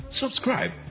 Subscribe